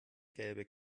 gelbe